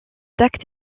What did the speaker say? acte